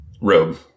robe